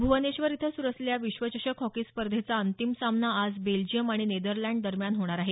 भुवनेश्वर इथं सुरू असलेल्या विश्वचषक हॉकी स्पर्धेचा अंतिम सामना आज बेल्जियम आणि नेदरलँड दरम्यान होणार आहे